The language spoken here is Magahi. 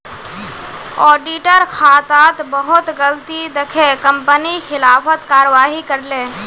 ऑडिटर खातात बहुत गलती दखे कंपनी खिलाफत कारवाही करले